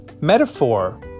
metaphor